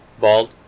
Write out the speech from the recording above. Bald